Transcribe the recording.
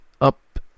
up